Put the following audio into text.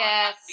Yes